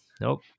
nope